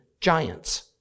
giants